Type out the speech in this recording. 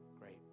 Great